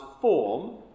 form